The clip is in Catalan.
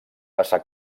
passà